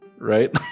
right